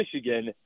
Michigan